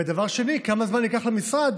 ודבר שני, כמה זמן ייקח למשרד